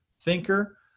thinker